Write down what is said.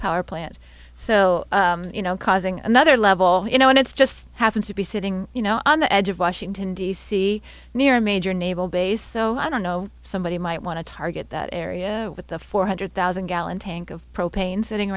power plant so you know causing another level you know and it's just happens to be sitting you know on the edge of washington d c near a major naval base so i don't know somebody might want to target that area with the four hundred thousand gallon tank of propane sitting